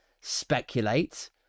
speculate